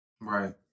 Right